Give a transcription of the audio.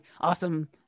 Awesome